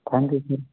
ہاں جی سر